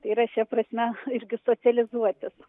yra šia prasme irgi socializuotis